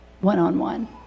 one-on-one